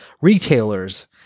retailers